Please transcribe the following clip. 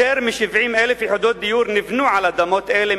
יותר מ-70,000 יחידות דיור נבנו על אדמות אלה,